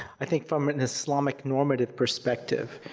i think from an islamic normative perspective,